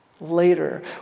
later